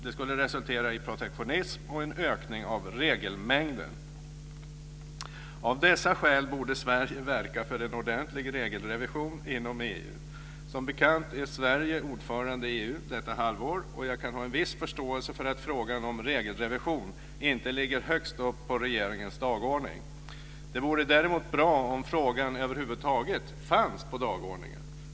Det skulle resultera i protektionism och en ökning av regelmängden. Av dessa skäl borde Sverige verka för en ordentlig regelrevison inom EU. Som bekant är Sverige ordförande i EU detta halvår, och jag kan ha viss förståelse för att frågan om en regelrevision inte ligger högst upp på regeringens dagordning. Det vore däremot bra om frågan över huvud taget fanns på dagordningen.